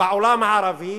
בעולם הערבי